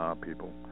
people